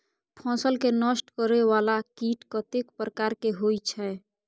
फसल के नष्ट करें वाला कीट कतेक प्रकार के होई छै?